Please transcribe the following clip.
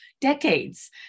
decades